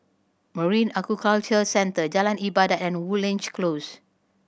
Marine Aquaculture Centre Jalan Ibadat and Woodleigh Close